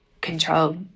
control